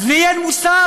אז לי אין מושג?